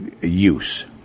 Use